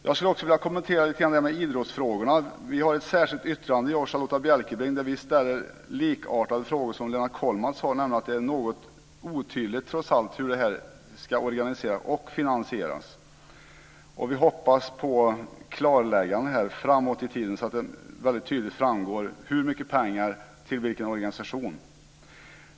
Jag skulle också vilja kommentera det där med idrottsfrågorna lite grann. Jag och Charlotta L Bjälkebring har ett särskilt yttrande där vi ställer likartade frågor som Lennart Kollmats. Det är trots allt något otydligt hur det här ska organiseras och finansieras. Vi hoppas på klarlägganden framåt i tiden så att det väldigt tydligt framgår hur mycket pengar det är fråga om och till vilken organisation.